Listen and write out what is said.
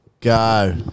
Go